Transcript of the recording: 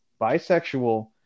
bisexual